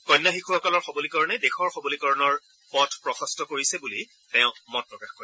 কন্যা শিশুসকলৰ সবলীকৰণে দেশৰ সবলীকৰণৰ পথ প্ৰশস্ত কৰিছে বুলি তেওঁ মত প্ৰকাশ কৰে